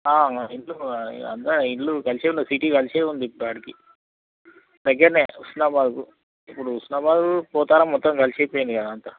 ఎందుకు ఇక అంతా ఇల్లు సిటీ కలిసే ఉంది ఇప్పుడు ఆడికి దగ్గర హుస్నాబాద్కు ఇప్పుడు హుస్నాబాద్ పోతారం మొత్తం కలిసిపోయింది కదా అది అంతా